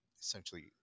essentially